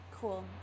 Cool